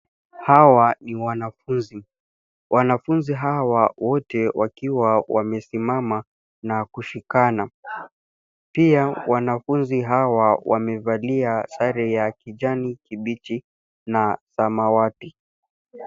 Hawa ni wanafunzi. Wanafunzi hawa wote wakiwa wamesimama na kushikana. Pia wanafunzi hawa wamevalia sare ya kijani kibichi na samawati.